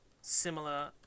Similar